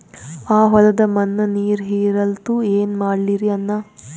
ಆ ಹೊಲದ ಮಣ್ಣ ನೀರ್ ಹೀರಲ್ತು, ಏನ ಮಾಡಲಿರಿ ಅಣ್ಣಾ?